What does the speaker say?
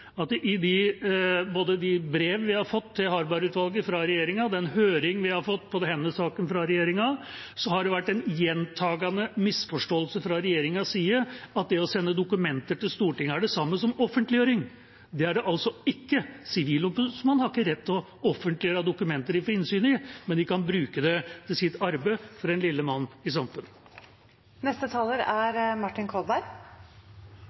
i de brevene vi har fått til Harberg-utvalget fra regjeringa, og i den høringen vi har fått på denne saken fra regjeringa, har det vært en gjentakende misforståelse fra regjeringas side at det å sende dokumenter til Stortinget er det samme som offentliggjøring. Det er det altså ikke. Sivilombudet har ikke rett til å offentliggjøre dokumenter de får innsyn i, men de kan bruke det i sitt arbeid for den lille mann i